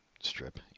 strip